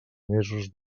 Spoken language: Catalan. mesos